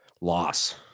Loss